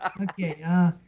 Okay